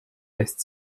lässt